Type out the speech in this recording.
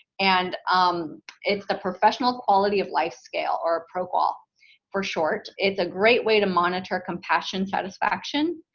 and um it's the professional quality of life scale, or a proqol for short. it's a great way to monitor compassion satisfaction,